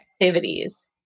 activities